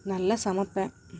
நல்லா சமைப்பேன்